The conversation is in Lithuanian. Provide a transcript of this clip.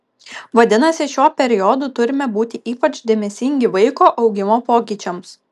vadinasi šiuo periodu turime būti ypač dėmesingi vaiko augimo pokyčiams